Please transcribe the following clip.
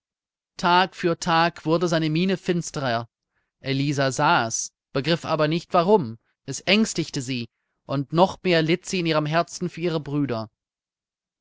tag für tag wurde seine miene finsterer elisa sah es begriff aber nicht warum es ängstigte sie und noch mehr litt sie in ihrem herzen für ihre brüder